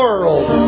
World